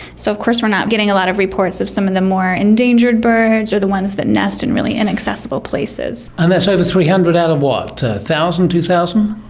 so of course we're not getting a lot of reports of some of the more endangered birds or the ones that nest in really inaccessible places. and that's over three hundred out of what, one thousand, two thousand?